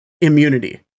immunity